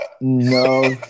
no